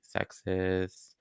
sexist